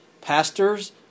Pastors